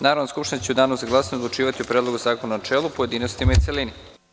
Narodna skupština će u danu za glasanje odlučivati o Predlogu zakona u načelu, pojedinostima i celini.